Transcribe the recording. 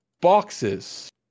boxes